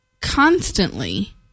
constantly